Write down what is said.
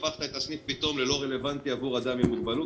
הפכת את הסניף פתאום ללא רלוונטי עבור אדם עם מוגבלות,